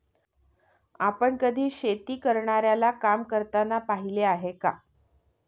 आपण कधी शेती करणाऱ्याला काम करताना पाहिले आहे का?